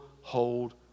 hold